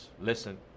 listen